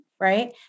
right